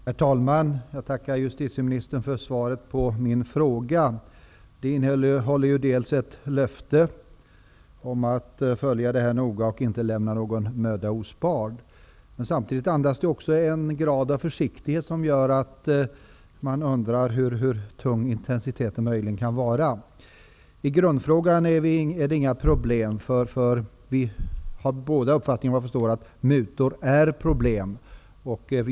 Herr talman! Jag tackar justitieministern för svaret på min fråga. Det innehåller ett löfte om att justitieministern skall följa detta noga och inte lämna någon möda ospard, men samtidigt andas det en grad av försiktighet, som gör att man undrar hur tung intensiteten möjligen kan vara. Kring grundfrågan råder det inte några problem, eftersom vi båda efter vad jag förstår har uppfattningen att mutor är ett problem.